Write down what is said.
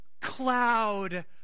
cloud